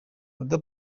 oda